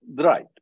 Right